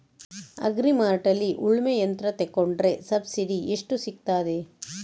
Agri ಮಾರ್ಟ್ನಲ್ಲಿ ಉಳ್ಮೆ ಯಂತ್ರ ತೆಕೊಂಡ್ರೆ ಸಬ್ಸಿಡಿ ಎಷ್ಟು ಸಿಕ್ತಾದೆ?